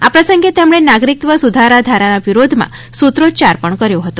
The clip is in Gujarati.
આ પ્રસંગે તેમણે નાગરિકત્વ સુધારા ધારાના વિરોધમાં સૂત્રોચ્યાર પણ કર્યો હતો